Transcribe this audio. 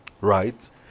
right